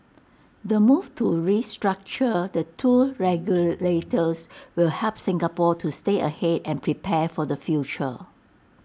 the move to restructure the two regulators will help Singapore to stay ahead and prepare for the future